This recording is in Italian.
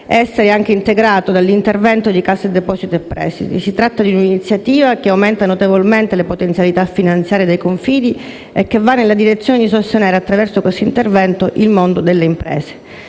essere anche integrato dall'intervento di Cassa depositi e prestiti. Si tratta di un'iniziativa che aumenta notevolmente le potenzialità finanziarie dei confidi e che va nella direzione di sostenere, attraverso questo intervento, il mondo delle imprese.